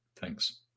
Thanks